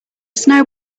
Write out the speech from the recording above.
snow